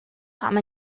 come